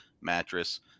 mattress